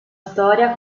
storia